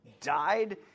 died